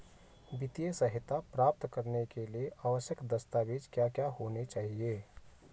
वित्तीय सहायता प्राप्त करने के लिए आवश्यक दस्तावेज क्या क्या होनी चाहिए?